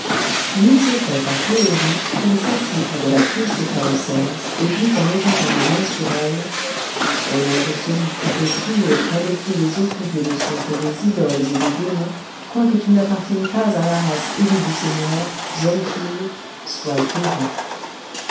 mis au fait par poëri il s'assit près de la couche de tahoser et dit en étendant les mains sur elle au nom de celui qui peut tout et près de qui les autres dieux ne sont que des idoles et des démons quoique tu n'appartiennes pas à la race élue du seigneur jeune fille sois guérie